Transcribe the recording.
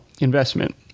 investment